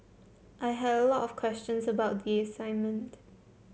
I had a lot of questions about the assignment